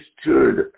stood